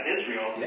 Israel